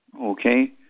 Okay